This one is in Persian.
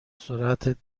سرعت